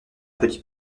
petit